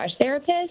therapist